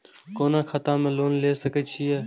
कोन खाता में लोन ले सके छिये?